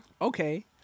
Okay